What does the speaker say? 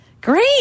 great